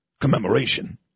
commemoration